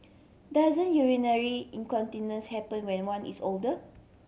doesn't urinary incontinence happen when one is older